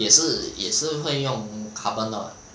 也是也是会用 carbon 的